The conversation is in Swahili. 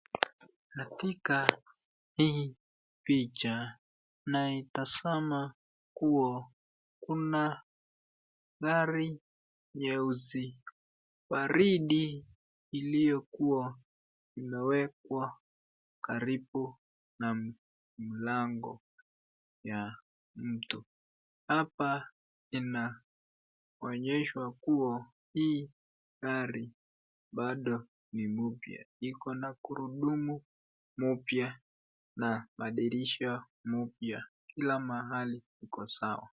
Katika hii picha naitasama kuwa kuna gari nyeusi, gari hili iliyekuwa imewekwa karibu na mlango ya mtu, hapa inaonyshwa kuwa hii gari bado ni mupya iko na gurudumu mupya na dirisha mupya, kila mahali iko sawa.